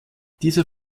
dieser